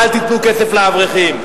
אל תיתנו כסף לאברכים.